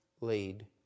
laid